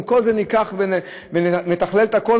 אם את כל זה ניקח ונתכלל את הכול,